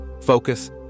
focus